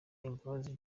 imbabazi